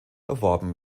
erworben